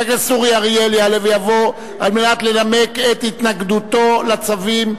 חבר הכנסת אורי אריאל יעלה ויבוא לנמק את התנגדותו לצווים,